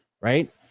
Right